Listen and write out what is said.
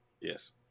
Yes